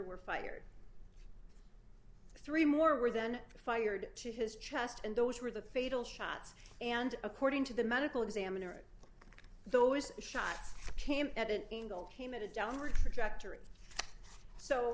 were fired three more were then fired to his chest and those were the fatal shots and according to the medical examiner those shots came at an angle came in a downward trajectory so